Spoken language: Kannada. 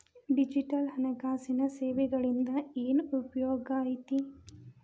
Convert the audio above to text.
ಡಿಜಿಟಲ್ ಹಣಕಾಸಿನ ಸೇವೆಗಳಿಂದ ಏನ್ ಉಪಯೋಗೈತಿ